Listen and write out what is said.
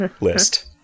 list